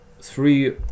three